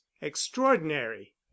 extraordinary